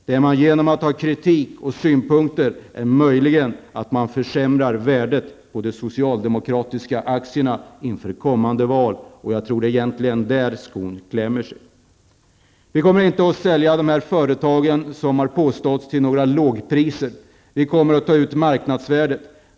Det man gör genom att framföra kritik och synpunkter är möjligen att man försämrar värdet på de socialdemokratiska aktierna inför kommande val. Jag tror att det egentligen är där skon klämmer. Vi kommer inte, som har påståtts, att sälja ut de här företagen till några lågpriser. Vi kommer att ta ut marknadsvärdet.